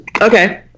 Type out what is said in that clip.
Okay